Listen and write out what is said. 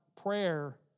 prayer